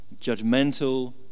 judgmental